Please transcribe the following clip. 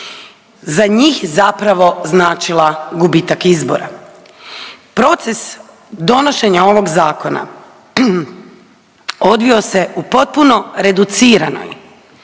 za njih zapravo značila gubitak izbora. Proces donošenja ovog Zakona odvio se u potpuno reduciranoj